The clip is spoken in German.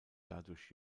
dadurch